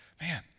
man